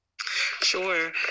Sure